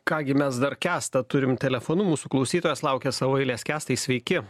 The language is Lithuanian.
ką gi mes dar kęstą turim telefonu mūsų klausytojas laukia savo eilės kęstai sveiki